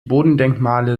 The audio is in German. bodendenkmale